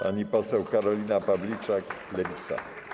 Pani poseł Karolina Pawliczak, Lewica.